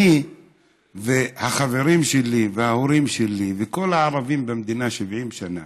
אני והחברים שלי וההורים שלי וכל הערבים במדינה 70 שנה